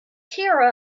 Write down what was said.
cheer